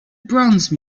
bronze